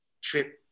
trip